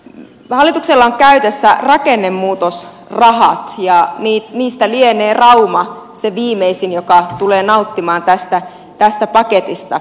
hallituksella on käytössä rakennemuutosrahat ja rauma lienee se viimeisin joka tulee nauttimaan tästä paketista